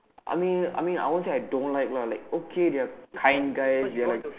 I mean I mean I won't say I don't like lah like okay they are kind guys they are like